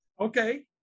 Okay